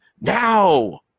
Now